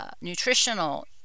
nutritional